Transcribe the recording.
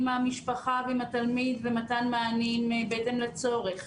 המשפחה ועם התלמיד ומתן מענים בהתאם לצורך.